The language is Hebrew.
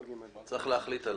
וצריך להחליט עליו.